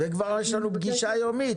כבר יש לנו פגישה יומית.